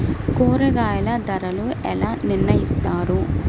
కూరగాయల ధరలు ఎలా నిర్ణయిస్తారు?